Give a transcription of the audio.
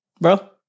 bro